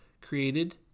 created